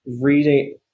reading